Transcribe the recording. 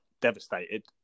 devastated